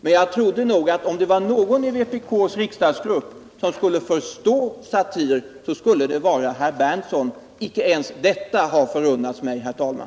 men Jag trodde nog att om det var någon i vpk:s riksdagsgrupp som skulle förstå satir, så skulle det vara herr Berndtsson.